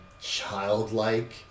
childlike